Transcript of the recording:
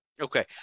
Okay